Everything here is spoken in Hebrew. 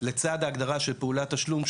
לצד הגדרה של פעולת תשלום,